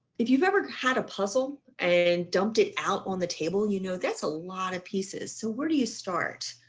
if you've ever had a puzzle and dumped it out on the table, you know, that's a lot of pieces. so where do you start